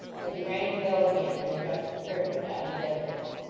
as he rang the bell again, and addressed the servant on his entrance.